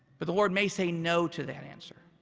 but the lord may say no to that answer.